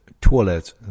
toilet